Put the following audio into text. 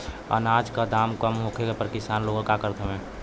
अनाज क दाम कम होखले पर किसान लोग का करत हवे?